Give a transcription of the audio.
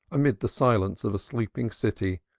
amid the silence of a sleeping city,